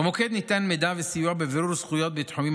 במוקד ניתן מידע וסיוע בבירור זכויות בתחומים